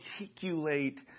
articulate